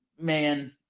man